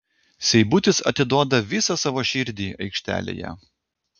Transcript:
seibutis atiduoda visą savo širdį aikštelėje